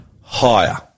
higher